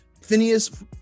Phineas